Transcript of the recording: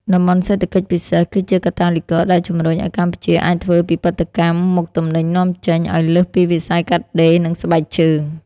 តំបន់សេដ្ឋកិច្ចពិសេស គឺជាកាតាលីករដែលជំរុញឱ្យកម្ពុជាអាចធ្វើពិពិធកម្មមុខទំនិញនាំចេញ ឱ្យលើសពីវិស័យកាត់ដេរ និងស្បែកជើង។